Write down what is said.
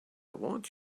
want